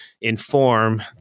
inform